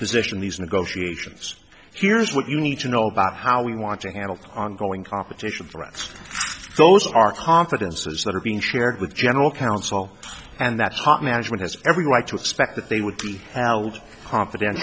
position these negotiations here's what you need to know about how we want to handle ongoing competition threats those are confidences that are being shared with general counsel and that hot management has every right to expect that they would be confident